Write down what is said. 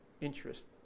interest